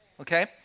Okay